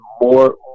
more